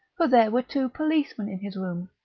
for there were two policemen in his room,